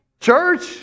Church